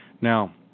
Now